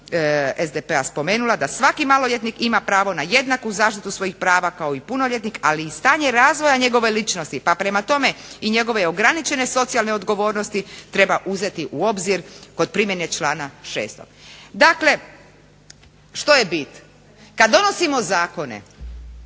SDP-a spomenula da svaki maloljetnik ima pravo na jednaku zaštitu svojih prava kao i punoljetnik, ali i stanje razvoja njegove ličnosti pa prema tome i njegove ograničene socijalne odgovornosti treba uzeti u obzir kod primjene članka 6. Dakle, što je bit? Kad donosimo zakone